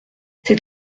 c’est